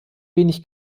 wenig